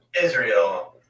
Israel